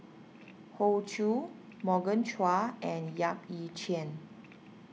Hoey Choo Morgan Chua and Yap Ee Chian